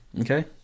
Okay